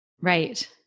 Right